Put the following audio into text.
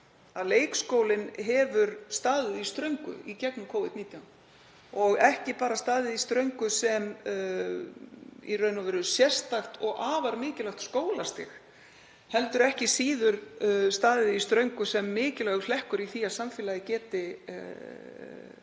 að leikskólinn hefur staðið í ströngu í gegnum Covid-19 og ekki bara staðið í ströngu sem í raun og veru sérstakt og afar mikilvægt skólastig heldur ekki síður staðið í ströngu sem mikilvægur hlekkur í því að samfélagið geti